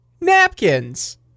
napkins